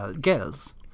girls